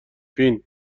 فین